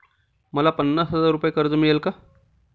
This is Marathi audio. मला पन्नास हजार रुपये कर्ज मिळेल का?